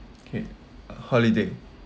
okay uh holiday